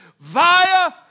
via